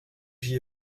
j’y